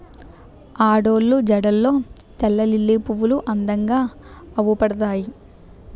ఆడోళ్ళు జడల్లో తెల్లలిల్లి పువ్వులు అందంగా అవుపడతాయి